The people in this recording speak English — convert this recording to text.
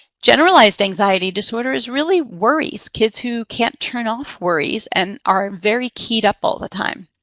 generalized anxiety disorders, really worries, kids who can't turn off worries and are very keyed up all the time.